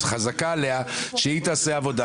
חזקה עליה שהיא תעשה עבודה.